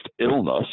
illness